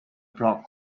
blog